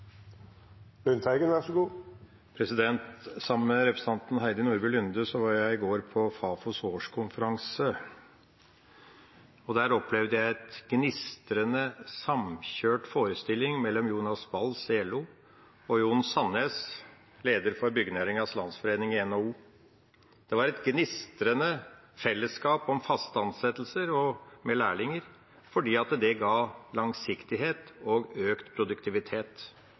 Sammen med representanten Heidi Nordby Lunde var jeg i går på Fafos årskonferanse. Der opplevde jeg en gnistrende samkjørt forestilling mellom Jonas Bals i LO og Jon Sandes, leder for Byggenæringens Landsforening, i NHO. Det var et gnistrende fellesskap om faste ansettelser, med lærlinger, fordi det ga langsiktighet og økt produktivitet.